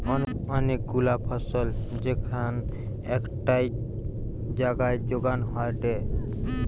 অনেক গুলা ফসল যেখান একটাই জাগায় যোগান হয়টে